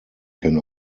can